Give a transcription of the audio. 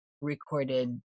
recorded